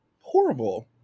horrible